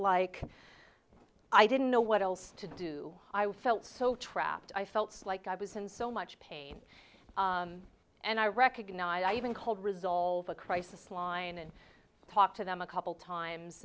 like i didn't know what else to do i was felt so trapped i felt like i was in so much pain and i recognized i even called resolve a crisis line and talked to them a couple times